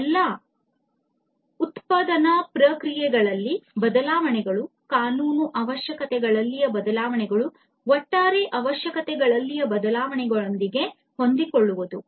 ಈ ಎಲ್ಲಾ ಉತ್ಪಾದನಾ ಪ್ರಕ್ರಿಯೆಗಳಲ್ಲಿನ ಬದಲಾವಣೆಗಳು ಕಾನೂನು ಅವಶ್ಯಕತೆಗಳಲ್ಲಿನ ಬದಲಾವಣೆಗಳು ಒಟ್ಟಾರೆ ಅವಶ್ಯಕತೆಗಳಲ್ಲಿನ ಬದಲಾವಣೆಗಳೊಂದಿಗೆ ಹೊಂದಿಕೊಳ್ಳುವುದು